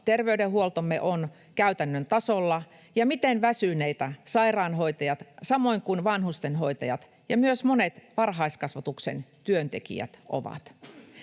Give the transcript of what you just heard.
terveydenhuoltomme on käytännön tasolla ja miten väsyneitä sairaanhoitajat, samoin kuin vanhusten hoitajat ja myös monet varhaiskasvatuksen työntekijät ovat.